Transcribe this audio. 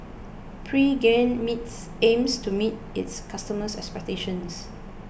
Pregain meets aims to meet its customers' expectations